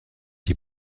die